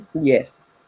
Yes